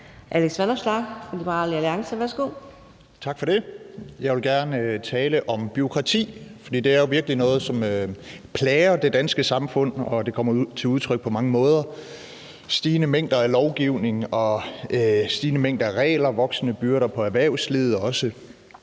Alex Vanopslagh (LA): Tak for det. Jeg vil gerne tale om bureaukrati, for det er jo virkelig noget, som plager det danske samfund, og det kommer til udtryk på mange måder: stigende mængder af lovgivning, stigende mængder af regler, voksende byrder på erhvervslivet og